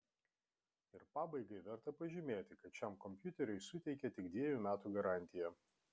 ir pabaigai verta pažymėti kad šiam kompiuteriui suteikia tik dvejų metų garantiją